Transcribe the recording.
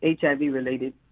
HIV-related